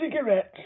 cigarettes